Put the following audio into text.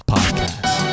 Podcast